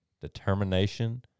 determination